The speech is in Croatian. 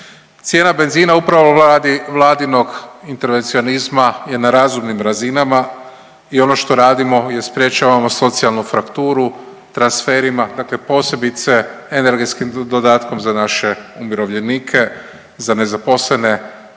Cijena benzina upravo vladinog intervencionizma je na razumnim razinama i ono što radimo je sprječavamo socijalnu frakturu transferima, dakle posebice energetskim dodatkom za naše umirovljenike, za nezaposlene,